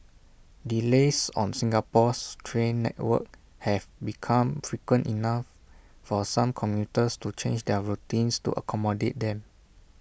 delays on Singapore's train network have become frequent enough for some commuters to change their routines to accommodate them